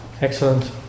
Excellent